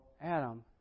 Adam